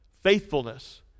faithfulness